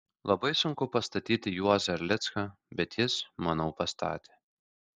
labai sunku pastatyti juozą erlicką bet jis manau pastatė